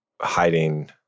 hiding